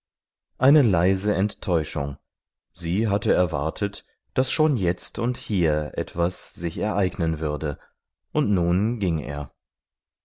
eine leise enttäuschung sie hatte erwartet daß schon jetzt und hier etwas sich ereignen würde und nun ging er